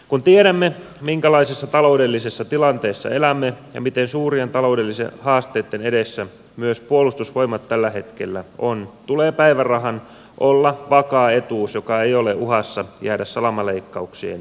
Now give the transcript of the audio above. kun tiedämme minkälaisessa taloudellisessa tilanteessa elämme ja miten suurien taloudellisten haasteitten edessä myös puolustusvoimat tällä hetkellä on tulee päivärahan olla vakaa etuus joka ei ole uhassa jäädä salamaleikkauksien jalkoihin